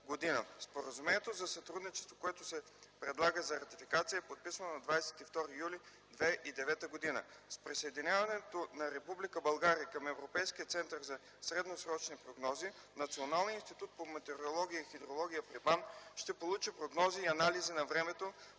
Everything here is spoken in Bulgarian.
г. Споразумението за сътрудничество, което се предлага за ратификация, е подписано на 22 юли 2009 г. С присъединяването на Република България към Европейския център за средносрочни прогнози Националният институт по метеорология и хидрология при БАН ще получава прогнози и анализи на времето